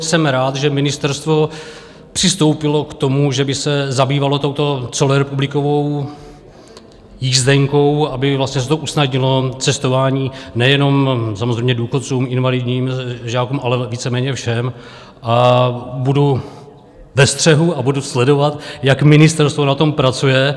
Jsem rád, že ministerstvo přistoupilo k tomu, že by se zabývalo touto celorepublikovou jízdenkou, aby to usnadnilo cestování, nejenom samozřejmě důchodcům, invalidním, žákům, ale víceméně všem, a budu ve střehu a budu sledovat, jak ministerstvo na tom pracuje.